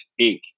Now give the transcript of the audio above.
Inc